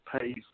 pays